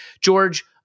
George